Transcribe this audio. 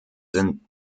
sind